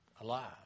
alive